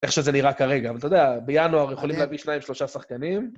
איך שזה נראה כרגע, אבל אתה יודע, בינואר יכולים להביא שניים, שלושה שחקנים...